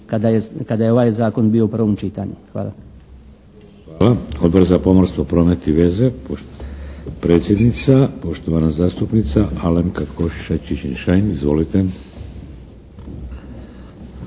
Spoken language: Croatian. kada je ovaj Zakon bio u prvom čitanju. Hvala. **Šeks, Vladimir (HDZ)** Hvala. Odbor za pomorstvo, promet i veze? Predsjednica, poštovana zastupnica Alenka Košiša Čičin-Šain. Izvolite.